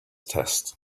test